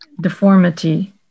deformity